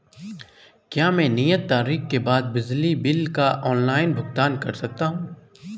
क्या मैं नियत तारीख के बाद बिजली बिल का ऑनलाइन भुगतान कर सकता हूं?